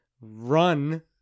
Run